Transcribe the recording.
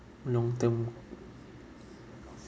long term